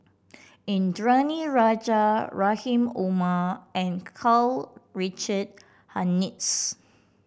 Indranee Rajah Rahim Omar and Karl Richard Hanitsch